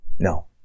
No